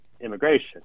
immigration